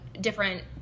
different